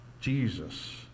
Jesus